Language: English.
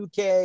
UK